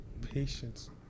patience